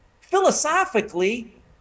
philosophically